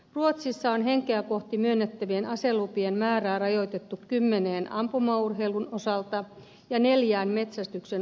ruotsissa on henkeä kohti myönnettävien aselupien määrää rajoitettu kymmeneen ampumaurheilun osalta ja neljään metsästyksen osalta